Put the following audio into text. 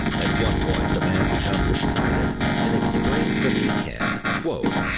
at one point, the man becomes excited and exclaims that he can, quote,